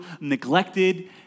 neglected